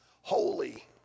holy